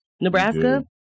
Nebraska